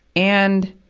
and,